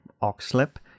Oxlip